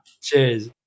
Cheers